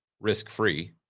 risk-free